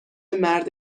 مرد